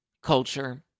Culture